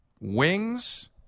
Wings